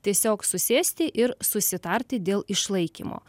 tiesiog susėsti ir susitarti dėl išlaikymo